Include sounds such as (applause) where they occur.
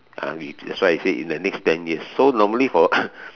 uh that's why I say in the next ten years so normally for (coughs)